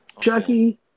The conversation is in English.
Chucky